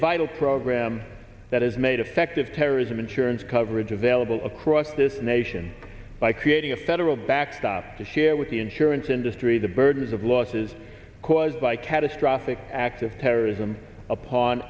vital program that has made affective terrorism insurance coverage available across this nation by creating a federal backstop to share with the insurance industry the burdens of losses caused by catastrophic acts of terrorism upon